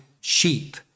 sheep